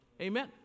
Amen